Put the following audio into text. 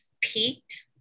peaked